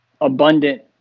abundant